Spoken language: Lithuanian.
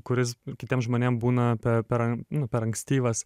kuris kitiem žmonėm būna pe per nu per ankstyvas